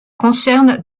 concerne